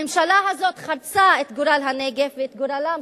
הממשלה הזאת חרצה את גורל הנגב ואת גורלם